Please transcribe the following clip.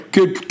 Good